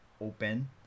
open